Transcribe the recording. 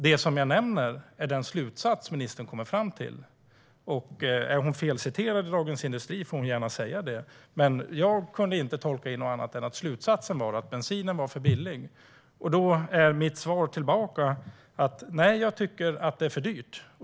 Det jag nämner är den slutsats som ministern kommer fram till. Om hon är felciterad i Dagens industri får hon gärna säga det, men jag kunde inte tolka in något annat än att slutsatsen var att bensinen är för billig. Då är mitt svar tillbaka: Nej, jag tycker att det är för dyrt.